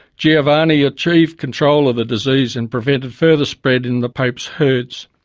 giovanni achieved control of the disease and prevented further spread in the pope's herds.